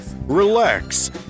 Relax